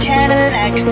Cadillac